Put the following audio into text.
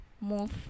move